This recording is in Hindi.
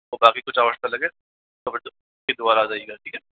और काफ़ी कुछ अलग सा लगे तो फिर दोबारा आ जाइएगा ठीक है